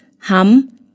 Ham